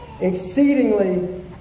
exceedingly